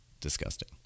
Disgusting